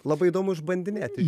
labai įdomu išbandinėti